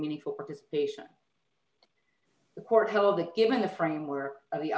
meaningful participation the court held that given the framework of the